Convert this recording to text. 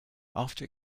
after